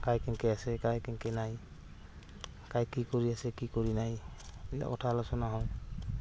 কাই কেনেকৈ আছে কাই কেনকে নাই কাই কি কৰি আছে কি কৰি নাই এইবিলাক কথা আলোচনা হয়